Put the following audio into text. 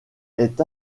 est